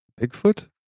Bigfoot